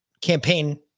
campaign